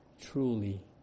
truly